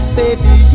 baby